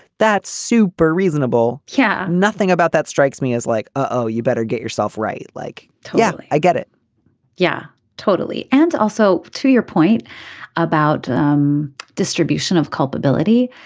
that's super reasonable. yeah nothing about that strikes me as like oh you better get yourself right. like yeah i get it yeah totally. and also to your point about um distribution of culpability.